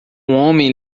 homem